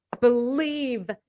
believe